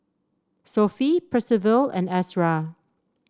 Sophie Percival and Ezra